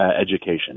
education